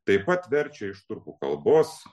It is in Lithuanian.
taip pat verčia iš turkų kalbos